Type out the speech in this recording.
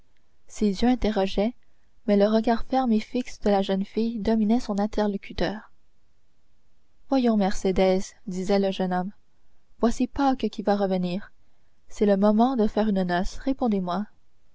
ses yeux interrogeaient mais le regard ferme et fixe de la jeune fille dominait son interlocuteur voyons mercédès disait le jeune homme voici pâques qui va revenir c'est le moment de faire une noce répondez-moi